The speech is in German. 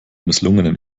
misslungenen